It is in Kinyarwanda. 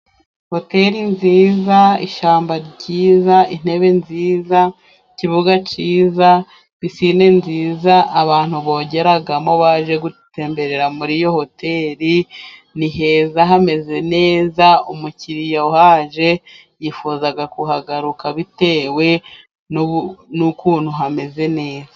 Hoteri nziza, ishyamba ryiza, intebe nziza, ikibuga cyiza, pisine nziza abantu bogeramo baje gutemmberera muri iyo hoteri, ni heza hameze neza, umukiriya uhaje yifuza kuhahagaruka, bitewe n'ukuntu hameze neza.